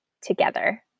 together